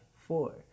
four